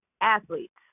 athletes